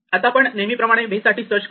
आता आपण नेहमीप्रमाणे v साठी सर्च करू